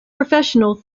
professional